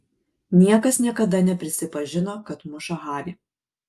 niekas niekada neprisipažino kad muša harį